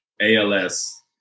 ALS